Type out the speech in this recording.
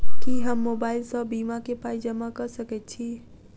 की हम मोबाइल सअ बीमा केँ पाई जमा कऽ सकैत छी?